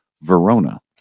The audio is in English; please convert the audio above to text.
Verona